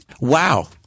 Wow